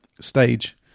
stage